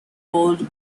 world